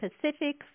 Pacific